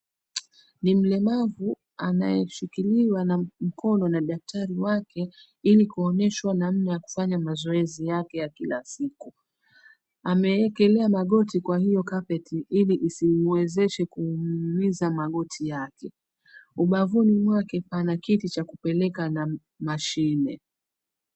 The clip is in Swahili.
Ni mlemavu anayeshikiriwa na mkono na daktari wake ili kuonyeshwa namna ya kufanya mazoezi yake ya kila siku, ameekelea magoti kwa hiyo carpet ili isimwezeshe kumuumiza magoti yake, ubavuni mwake ana kiti cha kupeleka na mashine.